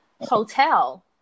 hotel